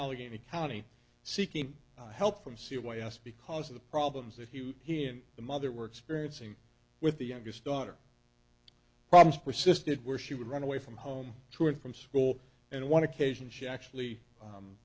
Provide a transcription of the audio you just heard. allegheny county seeking help from c y s because of the problems that he was he and the mother were experiencing with the youngest daughter problems persisted where she would run away from home to and from school and one occasion she actually